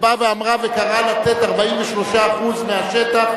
שקראה לתת 43% מהשטח,